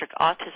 autism